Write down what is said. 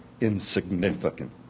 insignificant